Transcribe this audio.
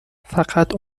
فقط